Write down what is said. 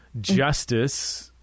justice